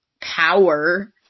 power